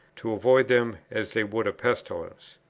to avoid them as they would a pestilence.